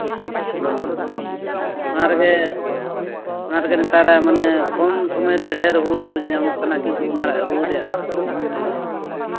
ᱦᱮᱸ ᱦᱮᱸ ᱚᱱᱟ ᱨᱮᱜᱮ ᱚᱱᱟ ᱨᱮᱜᱮ ᱱᱮᱛᱟᱨ ᱢᱟᱱᱮ ᱠᱚᱢ ᱥᱚᱢᱚᱭ ᱨᱮ ᱰᱷᱮᱹᱨ ᱦᱩᱲᱩ ᱧᱟᱢᱚᱜ ᱠᱟᱱᱟ ᱠᱤᱱᱛᱩ ᱚᱱᱟ ᱦᱩᱲᱩ ᱨᱮᱭᱟᱜ